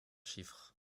chiffre